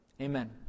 amen